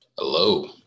Hello